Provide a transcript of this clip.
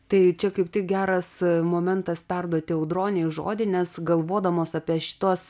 tai čia kaip tik geras momentas perduoti audronei žodį nes galvodamos apie šituos